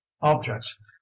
objects